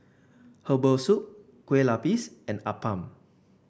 Herbal Soup Kueh Lupis and Appam